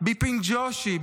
ביפין ג'ושי,